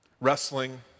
wrestling